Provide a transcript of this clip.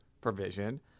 provision